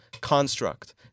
construct